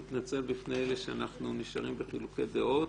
נתנצל בפני אלה שאנחנו נשארים בחילוקי דעות.